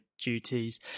duties